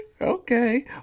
Okay